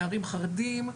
נערים חרדיים,